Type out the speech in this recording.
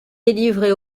délivrée